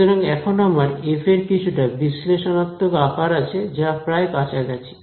সুতরাং এখন আমার এফ এর কিছুটা বিশ্লেষণাত্মক আকার আছে যা প্রায় কাছাকাছি